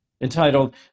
entitled